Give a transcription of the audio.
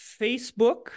facebook